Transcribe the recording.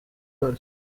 baryo